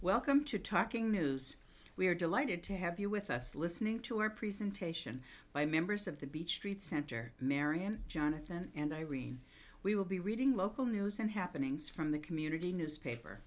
welcome to talking news we're delighted to have you with us listening to her presentation by members of the beach street center marian jonathan and irene we will be reading local news and happenings from the community newspaper